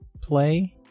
play